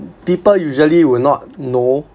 people usually will not know